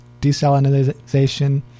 desalinization